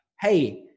Hey